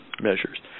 measures